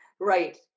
Right